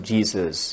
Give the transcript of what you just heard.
Jesus